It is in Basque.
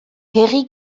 herri